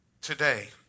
today